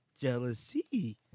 Jealousy